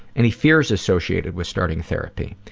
any fears associated with starting therapy?